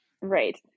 Right